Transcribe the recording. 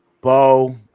Bo